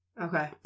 Okay